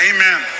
Amen